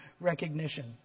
recognition